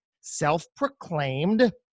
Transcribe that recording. self-proclaimed